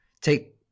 Take